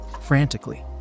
frantically